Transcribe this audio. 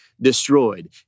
destroyed